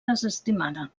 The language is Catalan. desestimada